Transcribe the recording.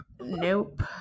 nope